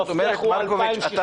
זאת אומרת, מרקוביץ',